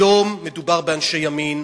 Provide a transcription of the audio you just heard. היום מדובר באנשי ימין,